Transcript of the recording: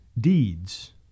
deeds